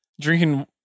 Drinking